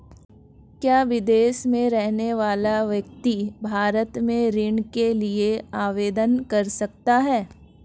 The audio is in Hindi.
क्या विदेश में रहने वाला व्यक्ति भारत में ऋण के लिए आवेदन कर सकता है?